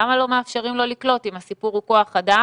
למה לא מאפשרים לו לקלוט אם הסיפור הוא כוח אדם,